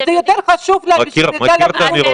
זה יותר חשוב לה בשביל הבריאות שלה.